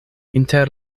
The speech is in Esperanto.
inter